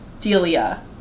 Delia